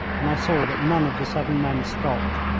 and i saw that none of the seven men stopped.